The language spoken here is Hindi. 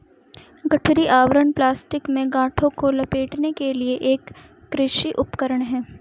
गठरी आवरण प्लास्टिक में गांठों को लपेटने के लिए एक कृषि उपकरण है